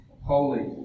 holy